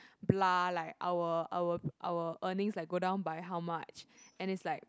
bla like our our our earnings like go down by how much and it's like